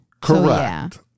correct